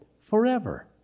Forever